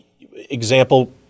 example